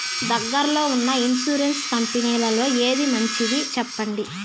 దగ్గర లో ఉన్న ఇన్సూరెన్సు కంపెనీలలో ఏది మంచిది? సెప్పండి?